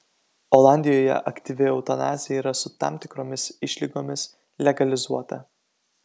olandijoje aktyvi eutanazija yra su tam tikromis išlygomis legalizuota